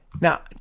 Now